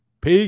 Peace